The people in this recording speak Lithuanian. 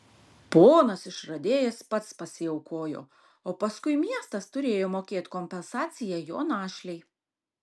ponas išradėjas pats pasiaukojo o paskui miestas turėjo mokėt kompensaciją jo našlei